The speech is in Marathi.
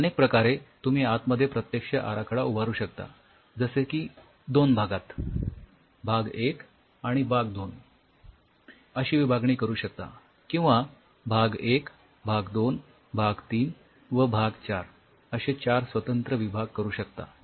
तर अनेक प्रकारे तुम्ही आतमध्ये प्रत्यक्ष आराखडा उभारू शकता जसे की दोन भागात भाग १ भाग २ अशी विभागणी करू शकता किंवा भाग १ २ ३ व ४ असे चार स्वतंत्र विभाग करू शकता